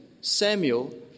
Samuel